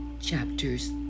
chapters